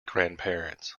grandparents